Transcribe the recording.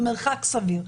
במרחק סביר,